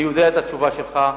אני יודע את התשובה שלך,